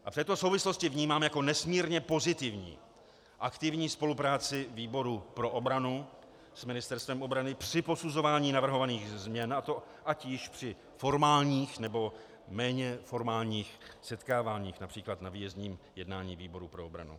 V této souvislosti vnímám jako nesmírně pozitivní aktivní spolupráci výboru pro obranu s Ministerstvem obrany při posuzování navrhovaných změn, a to ať již při formálních, nebo méně formálních setkáváních, například na výjezdním jednání výboru pro obranu.